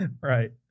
Right